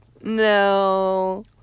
No